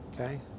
Okay